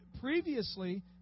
Previously